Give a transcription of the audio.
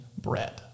bread